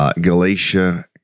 Galatia